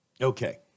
okay